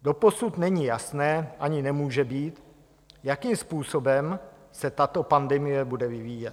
Doposud není jasné, ani nemůže být, jakým způsobem se tato pandemie bude vyvíjet.